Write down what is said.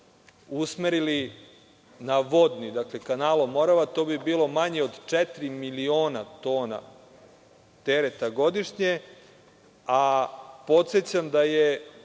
usmerili na vodni, dakle, kanalom Morava, to bi bilo manje od četiri miliona tona tereta godišnje. Podsećam da je